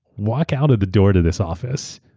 walk out of the door to this office,